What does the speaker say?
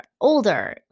older